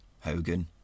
Hogan